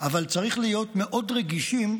אבל צריך להיות מאוד רגישים